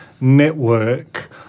network